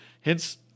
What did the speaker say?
Hence